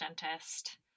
dentist